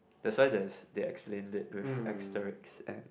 that's why the they explained it with asterisks and